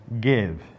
give